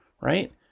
right